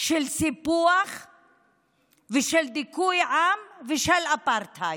של סיפוח ושל דיכוי עם ושל אפרטהייד.